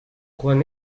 quan